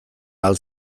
ahal